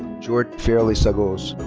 jordan farley sagosz.